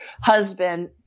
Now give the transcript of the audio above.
husband